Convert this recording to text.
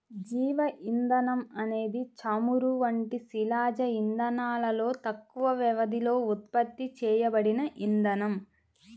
జీవ ఇంధనం అనేది చమురు వంటి శిలాజ ఇంధనాలలో తక్కువ వ్యవధిలో ఉత్పత్తి చేయబడిన ఇంధనం